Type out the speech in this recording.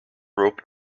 rope